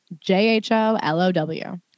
J-H-O-L-O-W